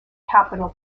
capital